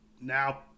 now